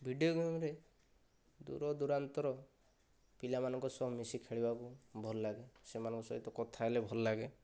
video ଗେମ୍ରେ ଦୂର ଦୁରାନ୍ତର ପିଲାମାନଙ୍କ ସହ ମିଶି ଖେଳିବାକୁ ଭଲ ଲାଗେ ସେମାନଙ୍କ ସହିତ କଥା ହେଲେ ଭଲ ଲାଗେ